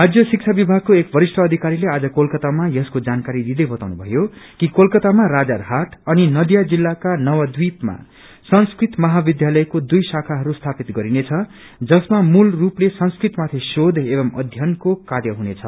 राजय शिक्षा विभागको एक वरिष्ठ अधिकारीले आज कोलकातामा यसको जानकारी दिदै बताउनु भयो कि कोलकातामा राजारहाट अनि नदिया जिल्लाका नवद्वीपमा संस्कृत महाविध्यालयको दुई शाखाहरू स्थापित गरिनेछ जसमा मूल रूपले संस्कृतमाथि शोध एवं अध्ययनको कार्य हुनेछ